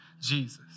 Jesus